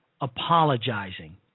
apologizing